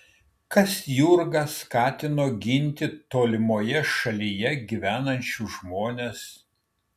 kas jurgą skatino ginti tolimoje šalyje gyvenančius žmones